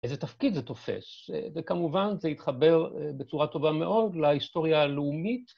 ‫איזה תפקיד זה תופס? ‫וכמובן, זה התחבר בצורה טובה מאוד ‫להיסטוריה הלאומית.